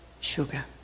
sugar